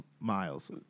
miles